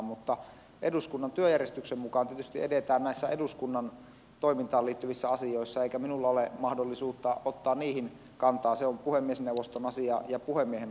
mutta eduskunnan työjärjestyksen mukaan tietysti edetään näissä eduskunnan toimintaan liittyvissä asioissa eikä minulla ole mahdollisuutta ottaa niihin kantaa se on puhemiesneuvoston asia ja puhemiehen asia viime kädessä